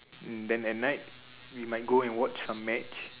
mm then at night we might go and watch some match